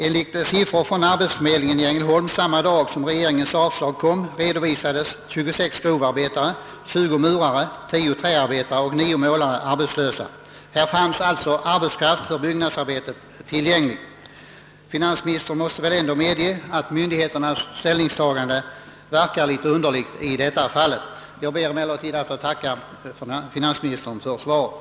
Enligt siffror från arbetsförmedlingen i Ängelholm samma dag som regeringens avslag kom redovisades där 26 grovarbetare, 20 murare, 10 träarbetare och 9 målare som arbetslösa. Det fanns alltså arbetskraft för byggnadsarbetet tillgänglig. Finansministern måste väl ändå medge att myndigheternas ställningstagande i detta fall verkar litet underligt. Herr talman! Jag ber att än en gång få tacka finansministern för svaret.